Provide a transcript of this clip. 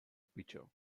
pitcher